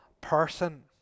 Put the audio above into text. person